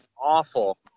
awful